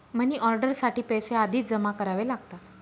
money order साठी पैसे आधीच जमा करावे लागतात